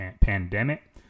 pandemic